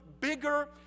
bigger